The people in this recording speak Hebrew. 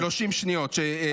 אני מבקש את 30 השניות שבזבזו לי.